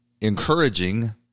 encouraging